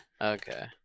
Okay